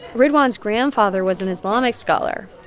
ridwan's grandfather was an islamic scholar.